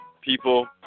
people